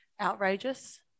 Outrageous